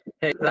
Hey